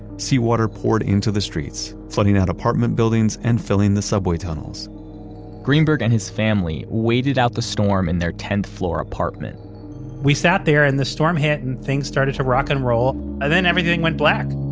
seawater poured into the streets, flooding out apartment buildings, and filling the subway tunnels greenberg and his family waited out the storm in their tenth floor apartment we sat there and the storm hit, and things started to rock and roll, and then everything went black